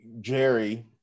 Jerry